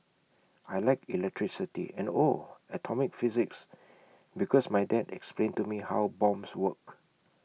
I Like electricity and oh atomic physics because my dad explained to me how bombs work